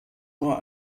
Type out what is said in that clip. nur